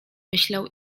myślał